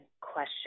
question